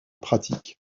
pratique